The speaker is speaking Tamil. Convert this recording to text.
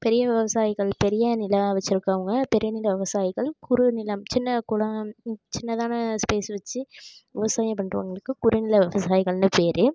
பெரிய விவசாயிகள் பெரிய நிலம் வெச்சிருக்கிறவங்க பெரிய நில விவசாயிகள் குறுநிலம் சின்ன குளம் சின்னதான ஸ்பேஸ் வெச்சி விவசாயம் பண்ணுறவங்களுக்கு குறுநில விவசாயிகள்னு பேர்